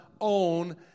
own